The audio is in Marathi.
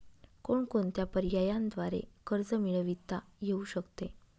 कोणकोणत्या पर्यायांद्वारे कर्ज मिळविता येऊ शकते?